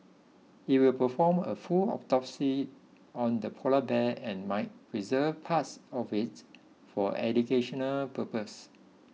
it will perform a full autopsy on the polar bear and might preserve parts of it for educational purposes